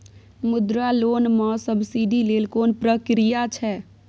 मुद्रा लोन म सब्सिडी लेल कोन प्रक्रिया छै?